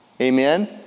Amen